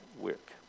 work